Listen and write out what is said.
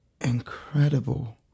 incredible